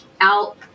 out